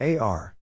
AR